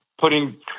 putting